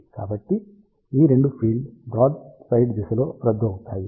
కాబట్టి ఈ 2 field broadside దిశలో రద్దు అవుతాయి